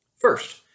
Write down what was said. First